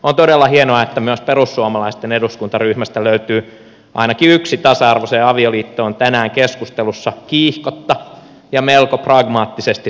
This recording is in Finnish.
on todella hienoa että myös perussuomalaisten eduskuntaryhmästä löytyy ainakin yksi tasa arvoiseen avioliittoon tänään keskustelussa kiihkotta ja melko pragmaattisesti suhtautuva edustaja